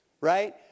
right